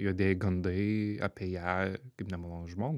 juodieji gandai apie ją kaip nemalonų žmogų